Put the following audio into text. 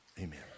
amen